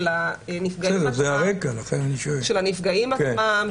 של הנפגעים עצמם,